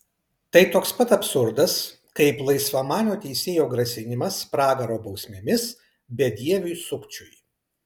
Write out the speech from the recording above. tai toks pat absurdas kaip laisvamanio teisėjo grasinimas pragaro bausmėmis bedieviui sukčiui